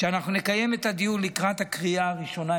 שנקיים את הדיון לקראת הקריאה הראשונה,